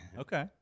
Okay